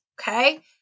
okay